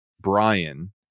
Brian